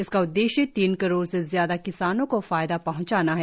इसका उद्देश्य तीन करोड़ से ज्यादा किसानों को फायदा पहुंचाना है